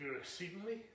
exceedingly